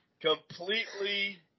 completely –